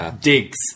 digs